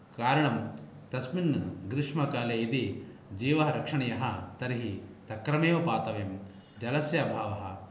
कारणं तस्मिन् ग्रीष्मकाले यदि जीवः रक्षणीयः तर्हि तक्रमेव पातव्यं जलस्य अभावः